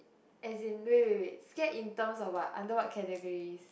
as in wait wait wait get in terms of what under what categories